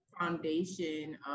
foundation